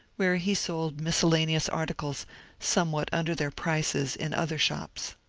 where he sold miscellaneous arti cles somewhat under their prices in other shops.